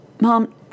Mom